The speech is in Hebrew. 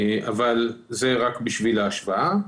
אבל זה רק בשביל ההשוואה.